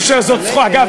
אגב,